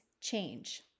change